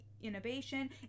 innovation